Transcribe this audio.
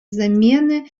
замены